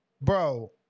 bro